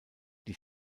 die